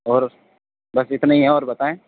اور بس اتنے ہی ہیں اور بتائیں